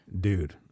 dude